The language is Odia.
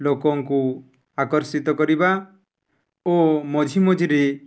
ଲୋକଙ୍କୁ ଆକର୍ଷିତ କରିବା ଓ ମଝି ମଝିରେ